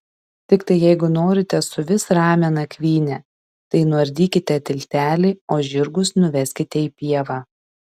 tiktai jeigu norite suvis ramią nakvynę tai nuardykite tiltelį o žirgus nuveskite į pievą